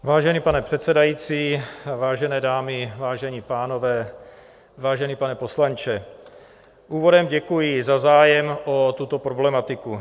Vážený pane předsedající, vážené dámy, vážení pánové, vážený pane poslanče, úvodem děkuji za zájem o tuto problematiku.